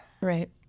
right